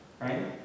right